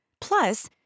Plus